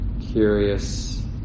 curious